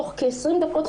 תוך כ-20 דקות,